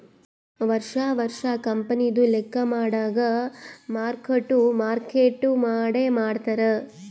ವರ್ಷಾ ವರ್ಷಾ ಕಂಪನಿದು ಲೆಕ್ಕಾ ಮಾಡಾಗ್ ಮಾರ್ಕ್ ಟು ಮಾರ್ಕೇಟ್ ಮಾಡೆ ಮಾಡ್ತಾರ್